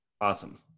Awesome